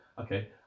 okay